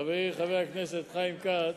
חברי חבר הכנסת חיים כץ,